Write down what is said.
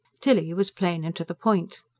tilly was plain and to the point.